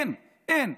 אין, אין.